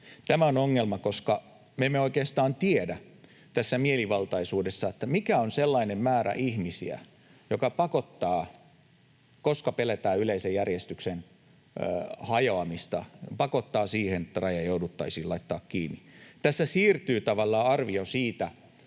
Tämä on ongelma, koska me emme oikeastaan tiedä tässä mielivaltaisuudessa, mikä on sellainen määrä ihmisiä, joka pakottaa — koska pelätään yleisen järjestyksen hajoamista — siihen, että rajoja jouduttaisiin laittamaan kiinni. Tässä siirtyy tavallaan arvio siitä,